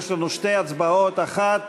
יש לנו שתי הצבעות, אחת